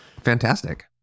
Fantastic